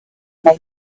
may